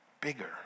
bigger